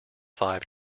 five